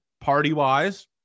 party-wise